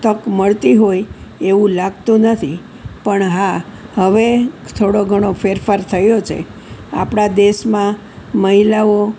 તક મળતી હોય એવું લાગતું નથી પણ હા હવે થોડો ઘણો ફેરફાર થયો છે આપણા દેશમાં મહિલાઓ